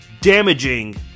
damaging